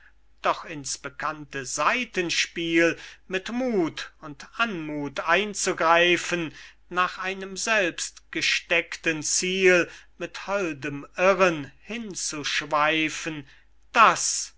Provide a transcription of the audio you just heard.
doch ins bekannte saitenspiel mit muth und anmuth einzugreifen nach einem selbgesteckten ziel mit holdem irren hinzuschweifen das